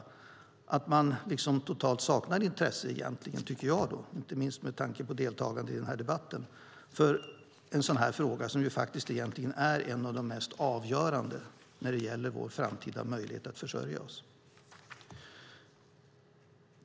Jag tycker, inte minst med tanke på deltagandet i denna debatt, att man egentligen totalt saknar intresse för en sådan här fråga, som faktiskt är en av de mest avgörande när det gäller vår framtida möjlighet att försörja oss.